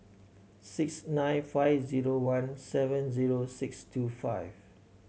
six nine five zero one seven zero six two five